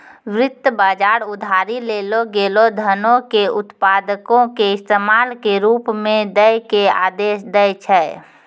वित्त बजार उधारी लेलो गेलो धनो के उत्पादको के इस्तेमाल के रुपो मे दै के आदेश दै छै